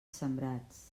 sembrats